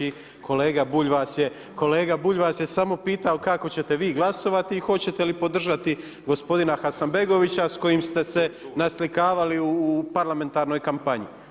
I kolega Bulj vas je samo pitao kako ćete vi glasovati i hoćete li podržati gospodina Hasanbegovića s kojim ste se naslikavali u parlamentarnoj kampanji.